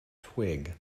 twig